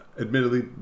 admittedly